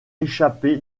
échappé